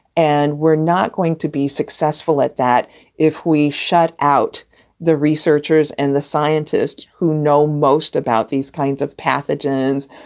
and we're not going to be successful at that if we shut out the researchers and the scientists who know most about these kinds of pathogens,